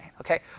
okay